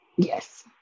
Yes